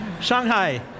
Shanghai